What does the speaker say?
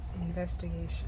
Investigation